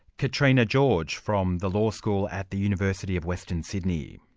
katrina george, from the law school at the university of western sydney.